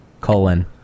colon